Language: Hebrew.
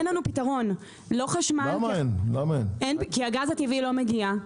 כי הגז הטבעי לא מגיע.